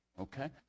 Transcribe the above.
Okay